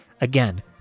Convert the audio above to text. Again